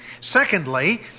Secondly